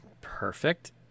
Perfect